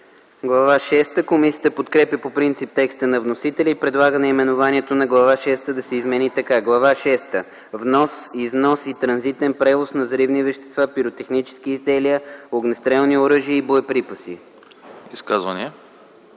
„Глава шеста.” Комисията подкрепя по принцип текста на вносителя и предлага наименованието на Глава шеста да се измени така: „Глава шеста – внос, износ и транзитен превоз на взривни вещества, пиротехнически изделия, огнестрелни оръжия и боеприпаси”.”